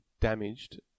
damaged